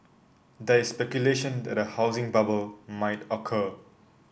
there is speculation that a housing bubble might occur